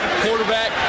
quarterback